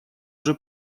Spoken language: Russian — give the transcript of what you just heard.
уже